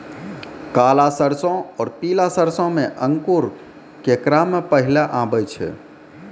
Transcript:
काला सरसो और पीला सरसो मे अंकुर केकरा मे पहले आबै छै?